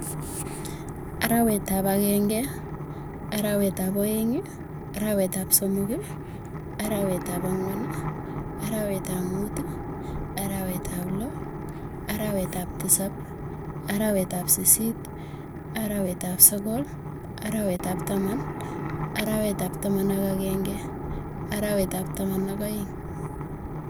Arawet ap ageng'e, arawet ab aeng, arawet ab somok, arawet ab angwan, arawet ab muut, arawet ab loo, arawet ab tisab, arawet ab sisit, arawet ab sogol, arawet ab taman, arawet ab taman ak ageng'e, arawet ab taman ak aeng.